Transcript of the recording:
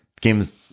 games